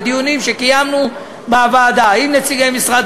בדיונים שקיימנו בוועדה עם נציגי משרד